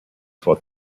for